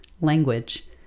language